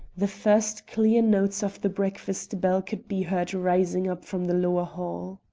the first clear notes of the breakfast-bell could be heard rising up from the lower hall.